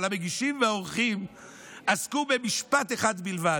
אבל המגישים והעורכים עסקו במשפט אחד בלבד,